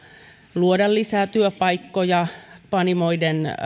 luoda lisää työpaikkoja